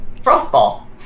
Frostball